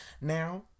Now